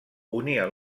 unia